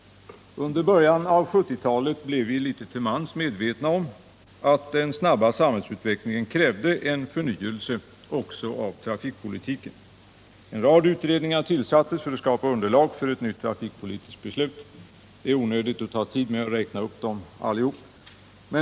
Under början av 1970-talet blev vi litet till mans medvetna om att den snabba samhällsutvecklingen krävde en förnyelse också av trafikpolitiken. En rad utredningar tillsattes för att skapa underlag för ett nytt trafikpolitiskt beslut — det är onödigt att uppta tiden med att räkna upp dem allihop.